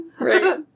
right